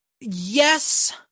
Yes